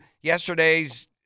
yesterday's